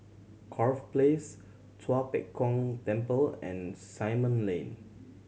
Corfe Place Tua Pek Kong Temple and Simon Lane